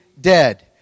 dead